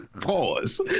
Pause